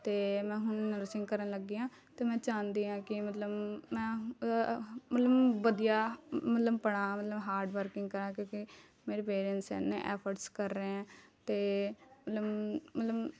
ਅਤੇ ਮੈਂ ਹੁਣ ਨਰਸਿੰਗ ਕਰਨ ਲੱਗੀ ਹਾਂ ਅਤੇ ਮੈਂ ਚਾਹੁੰਦੀ ਹਾਂ ਕਿ ਮਤਲਬ ਮੈਂ ਮਤਲਬ ਵਧੀਆ ਮਤਲਬ ਪੜ੍ਹਾਂ ਮਤਲਬ ਹਾਰਡ ਵਰਕਿੰਗ ਕਰਾਂ ਕਿਉਂਕਿ ਮੇਰੇ ਪੇਰੈਂਟਸ ਇੰਨੇ ਐਫਰਟਸ ਕਰ ਰਹੇ ਹੈ ਅਤੇ ਮਤਲਬ ਮਤਲਬ